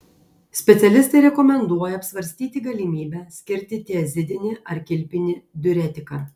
specialistai rekomenduoja apsvarstyti galimybę skirti tiazidinį ar kilpinį diuretiką